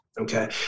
Okay